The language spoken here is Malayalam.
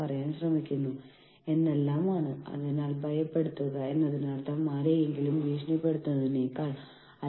അവർ ആഗ്രഹിക്കുന്ന ആവശ്യങ്ങൾ അന്വേഷിക്കാൻ ഗ്രൂപ്പുകൾ ഉണ്ടാക്കി ഒരു കൂട്ടായ സംഘടനയായി പോകുന്നു ശരി